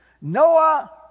Noah